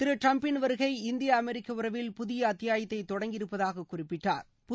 திரு Trump ன் வருகை இந்திய அமெரிக்க உறவில் புதிய அத்தியாத்தை தொடங்கியிருப்பதாக குறிப்பிட்டர்